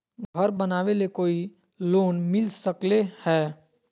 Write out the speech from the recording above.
घर बनावे ले कोई लोनमिल सकले है?